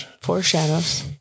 foreshadows